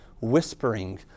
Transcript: whispering